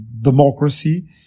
democracy